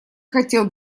хотел